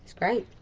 great.